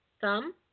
thumb